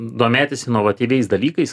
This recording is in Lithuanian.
domėtis inovatyviais dalykais